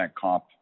comp